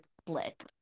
split